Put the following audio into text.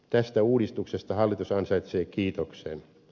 tästä uudistuksesta hallitus ansaitsee kiitoksen